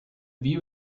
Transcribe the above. view